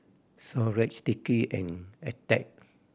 Xorex Sticky and Attack